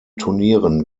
turnieren